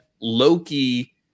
Loki